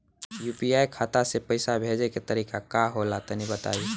UPI खाता से पइसा भेजे के तरीका का होला तनि बताईं?